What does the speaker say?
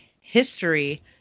history